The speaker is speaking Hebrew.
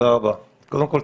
קודם כול,